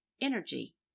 energy